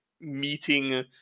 meeting